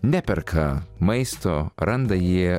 neperka maisto randa jį